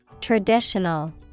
Traditional